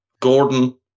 Gordon